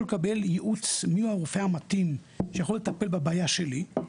לקבל ייעוץ מי הרופא המתאים שיכול לטפל בבעיה שלהם,